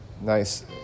nice